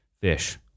Fish